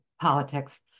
politics